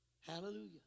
Hallelujah